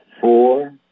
four